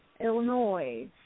Illinois